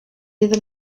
iddyn